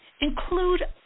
Include